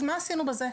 אז מה עשינו בזה?